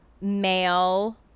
male